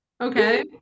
okay